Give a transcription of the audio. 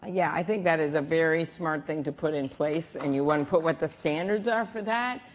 ah yeah i think that is a very smart thing to put in place, and you wouldn't put what the standards are for that,